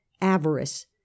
avarice